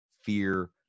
fear